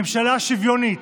ממשלה שוויונית,